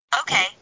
Okay